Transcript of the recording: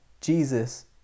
Jesus